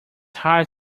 hard